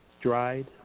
dried